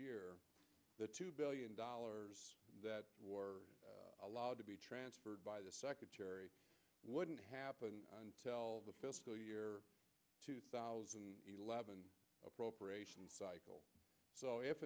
year the two billion dollars that were allowed to be transferred by the secretary wouldn't happen and the fiscal year two thousand and eleven appropriations cycle so if